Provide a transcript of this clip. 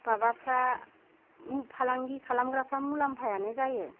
माबाफ्रा फालांगि खालामग्राफोरा मुलाम्फायानो जायो